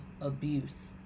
abuse